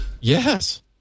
Yes